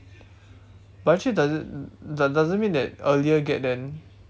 but actually doesn't d~ doesn't mean earlier get then